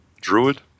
druid